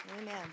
Amen